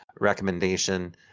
recommendation